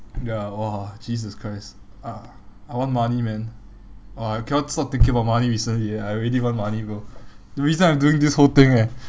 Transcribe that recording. ya !wah! jesus christ I I want money man !wah! I cannot stop thinking about money recently eh I really want money bro the reason I'm doing this whole thing eh